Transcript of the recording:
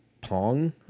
Pong